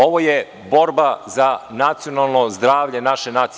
Ovo je borba za nacionalno zdravlje naše nacije.